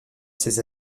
ses